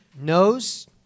knows